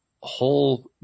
whole